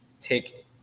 take